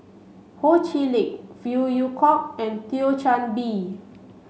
Ho Chee Lick Phey Yew Kok and Thio Chan Bee